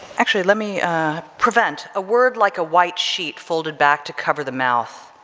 actually let me prevent a word like a white sheet folded back to cover the mouth,